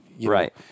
right